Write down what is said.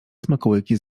smakołyki